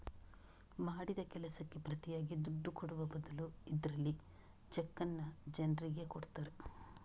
ಮಾಡಿದ ಕೆಲಸಕ್ಕೆ ಪ್ರತಿಯಾಗಿ ದುಡ್ಡು ಕೊಡುವ ಬದಲು ಇದ್ರಲ್ಲಿ ಚೆಕ್ಕನ್ನ ಜನ್ರಿಗೆ ಕೊಡ್ತಾರೆ